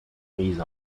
prise